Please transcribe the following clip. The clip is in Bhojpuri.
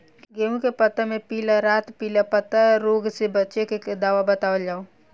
गेहूँ के पता मे पिला रातपिला पतारोग से बचें के दवा बतावल जाव?